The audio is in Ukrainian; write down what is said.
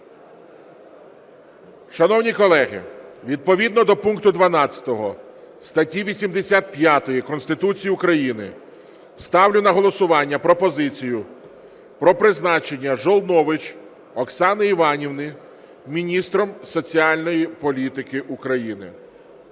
Шановні колеги, відповідно до пункту 12 статті 85 Конституції України ставлю на голосування пропозицію про призначення Жолнович Оксани Іванівни міністром соціальної політики України.